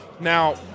Now